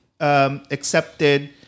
accepted